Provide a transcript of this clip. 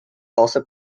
also